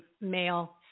male